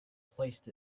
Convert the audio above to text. placed